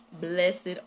Blessed